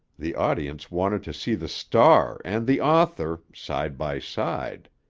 the audience wanted to see the star and the author side by side.